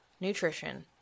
nutrition